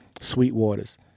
Sweetwater's